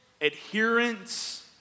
adherence